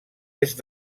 est